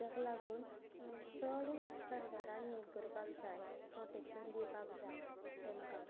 ताका लागून चड सरकारान हें करपाक जाय प्रोटेक्शन दिवपाक जाय तेमकां